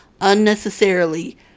unnecessarily